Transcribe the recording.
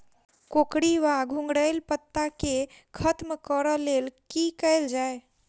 कोकरी वा घुंघरैल पत्ता केँ खत्म कऽर लेल की कैल जाय?